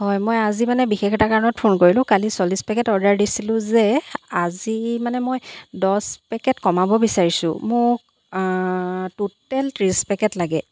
হয় মই আজি মানে বিশেষ এটা কাৰণত ফোন কৰিলোঁ কালি চল্লিছ পেকেট অৰ্ডাৰ দিছিলো যে আজি মানে মই দহ পেকেট কমাব বিচাৰিছোঁ মোক টোটেল ত্ৰিছ পেকেট লাগে